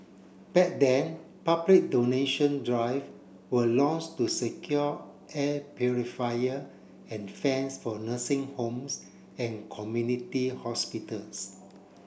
back then public donation drive were launch to secure air purifier and fans for nursing homes and community hospitals